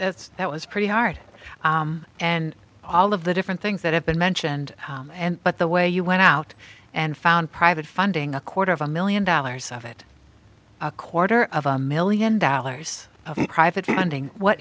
that's that was pretty hard and all of the different things that have been mentioned and but the way you went out and found private funding a quarter of a million dollars of it a quarter of a million dollars of that funding what